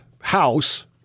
House